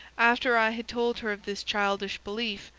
after i had told her of this childish belief,